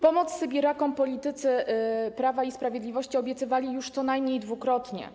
Pomoc sybirakom politycy Prawa i Sprawiedliwości obiecywali już co najmniej dwukrotnie.